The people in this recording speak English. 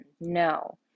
No